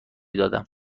دادم